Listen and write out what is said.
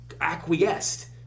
acquiesced